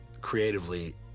creatively